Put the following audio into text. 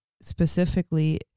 specifically